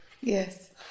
Yes